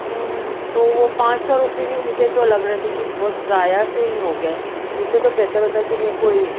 تو وہ پانچ سو روپے بھی مجھے تو لگ رہا تھا کہ ضائع سے ہی ہوگئے اس سے تو بہتر ہوتا کہ میں کوئی